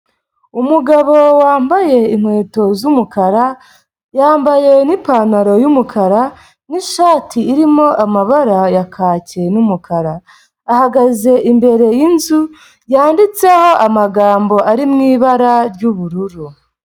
Umugabo wambaye inkweto z'umukara, yambaye n'ipantaro y'umukara n'ishati irimo amabara ya kaki n'umukara, ahagaze imbere y'inzu yanditseho amagambo ari mu ibara ry'ubururu.